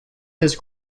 his